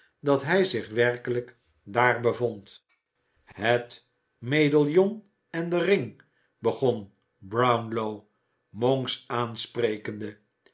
dat hij zich werkelijk daar bevond het medaillon en de ring vroeg brownlow monks aansprekende